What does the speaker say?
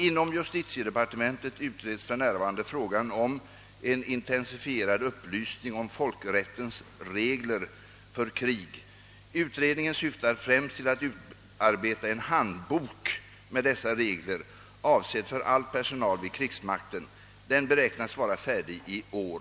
| Inom = justitiedepartementet utreds f.n. frågan om en intensifierad upplysning om folkrättens regler för krig. Utredningen syftar främst till att utarbeta en handbok med dessa regler, avsedd för all personal vid krigsmakten. Den beräknas vara färdig i år.